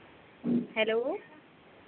hello